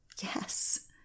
Yes